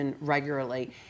regularly